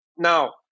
Now